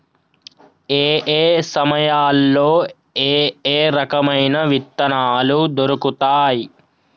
ఏయే సమయాల్లో ఏయే రకమైన విత్తనాలు దొరుకుతాయి?